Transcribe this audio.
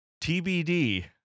TBD